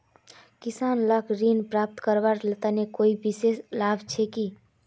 किसान लाक ऋण प्राप्त करवार तने कोई विशेष लाभ छे कि?